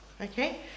okay